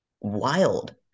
wild